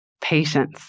patience